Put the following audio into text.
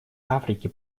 африки